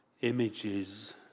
images